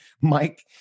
Mike